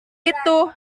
itu